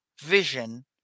vision